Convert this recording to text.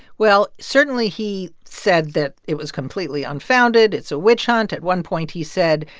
well, certainly, he said that it was completely unfounded. it's a witch hunt. at one point, he said,